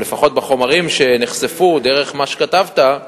או לפחות בחומרים שנחשפו דרך מה שכתבת,